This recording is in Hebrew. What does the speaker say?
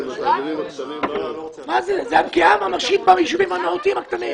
מה זה, זו פגיעה ממשית ביישובי המיעוטים הקטנים.